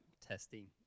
testing